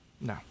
No